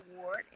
award